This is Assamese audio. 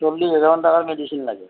চল্লিছ হাজাৰমান টকাৰ মেডিচিন লাগে